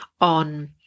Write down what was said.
on